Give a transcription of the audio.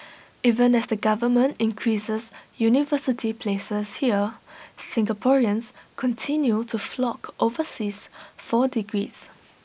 even as the government increases university places here Singaporeans continue to flock overseas for degrees